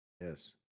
Yes